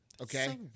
Okay